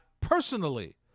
personally